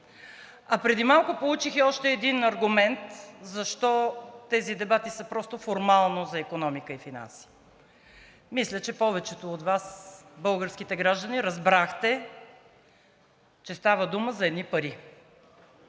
А преди малко получих и още един аргумент защо тези дебати са просто формалност за икономика и финанси. Мисля, че повечето от Вас – българските граждани, разбрахте, че става дума за едни пари